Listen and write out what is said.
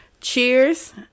Cheers